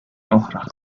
أخرى